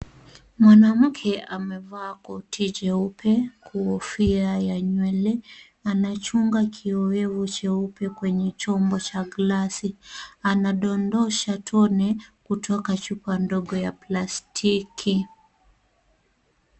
Mwanamke amevaa koti jeupe, kofia ya nywele. Anachunga kioevu cheupe kwenye chombo cha glasi . Anadondosha tone kutoka chupa ndogo ya plastiki.